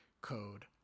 code